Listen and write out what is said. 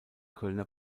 kölner